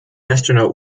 astronaut